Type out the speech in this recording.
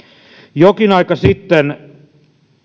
jokin aika sitten